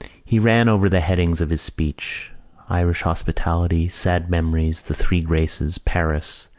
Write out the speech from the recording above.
he ran over the headings of his speech irish hospitality, sad memories, the three graces, paris,